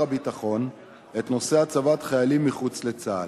הביטחון את נושא הצבת חיילים מחוץ לצה"ל.